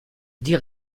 die